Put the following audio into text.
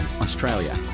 Australia